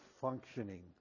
functioning